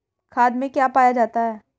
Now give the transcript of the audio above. खाद में क्या पाया जाता है?